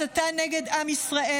הסתה נגד עם ישראל,